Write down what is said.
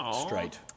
straight